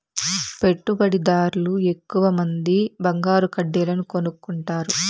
పెట్టుబడిదార్లు ఎక్కువమంది బంగారు కడ్డీలను కొనుక్కుంటారు